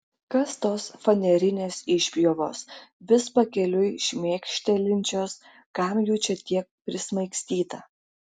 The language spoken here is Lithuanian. kas tos fanerinės išpjovos vis pakeliui šmėkštelinčios kam jų čia tiek prismaigstyta